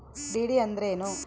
DD ಅಂದ್ರೇನು?